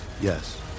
Yes